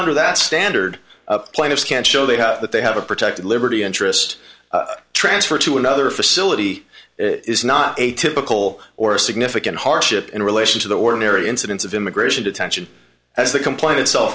under that standard plaintiffs can show they that they have a protected liberty interest transfer to another facility is not a typical or a significant hardship in relation to the ordinary incidents of immigration detention as the complaint itself